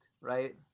right